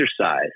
exercise